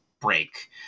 break